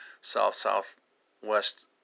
south-southwest